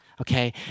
okay